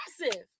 aggressive